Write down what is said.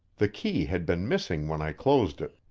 the key had been missing when i closed it,